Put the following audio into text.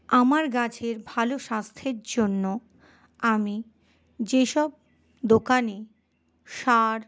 আমার গাছের ভালো স্বাস্থ্যের জন্য আমি যে সব দোকানে সার